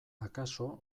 akaso